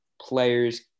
players